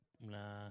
Nah